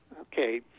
Okay